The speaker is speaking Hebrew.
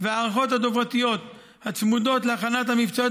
וההערכות הדוברותיות הצמודות להכנות המבצעיות